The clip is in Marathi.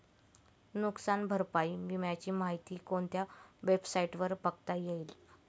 नुकसान भरपाई विम्याची माहिती कोणत्या वेबसाईटवर बघता येईल?